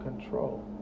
control